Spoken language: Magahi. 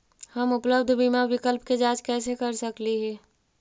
हम उपलब्ध बीमा विकल्प के जांच कैसे कर सकली हे?